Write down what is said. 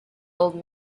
old